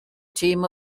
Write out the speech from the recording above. team